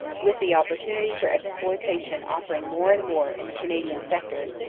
with the opportunity for exploitation offer ing more and more in the canadian sector,